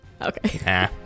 Okay